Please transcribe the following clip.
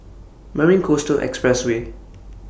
Mary Coastal Expressway